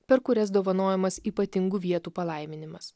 per kurias dovanojamas ypatingų vietų palaiminimas